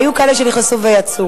כן, רציתי היו כאלה שנכנסו ויצאו.